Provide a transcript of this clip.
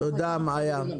תודה, מאיה.